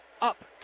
up